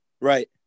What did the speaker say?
right